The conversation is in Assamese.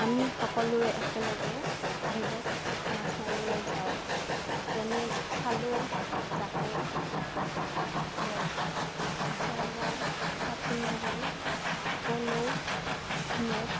আমি সকলোৱে একেলগে বিলত মাছ মাৰিবলৈ যাওঁ যেনে খালৈ জাকৈ তাৰপিছত আচাৰা জাল চাটনিয়া জাল পল নেট আদি